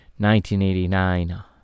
1989